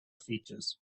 features